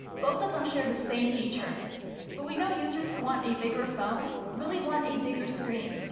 both of them share the same features but we know users who want a bigger phone really want a bigger screen.